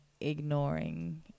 ignoring